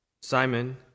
Simon